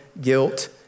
guilt